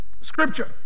Scripture